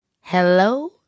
hello